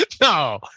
No